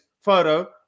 photo